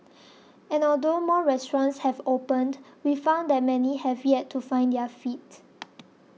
and although more restaurants have opened we found that many have yet to find their feet